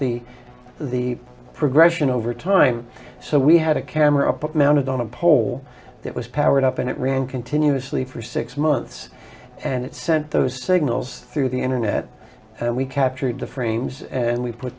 the the progression over time so we had a camera put mounted on a pole that was powered up and it ran continuously for six months and it sent those signals through the internet we captured the frames and we put